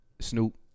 Snoop